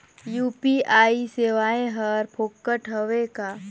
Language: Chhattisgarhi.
यू.पी.आई सेवाएं हर फोकट हवय का?